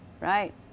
right